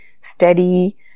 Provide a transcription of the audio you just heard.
steady